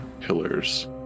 pillars